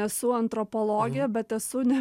esu antropologė bet esu ne